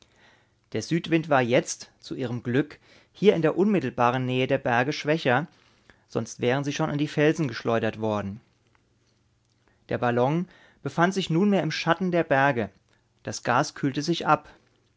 der südwind war jetzt zu ihrem glück hier in der unmittelbaren nähe der berge schwächer sonst wären sie schon an die felsen geschleudert worden der ballon befand sich nunmehr im schatten der berge das gas kühlte sich ab